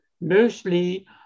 mostly